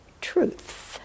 truth